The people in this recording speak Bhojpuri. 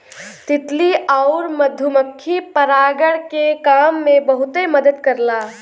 तितली आउर मधुमक्खी परागण के काम में बहुते मदद करला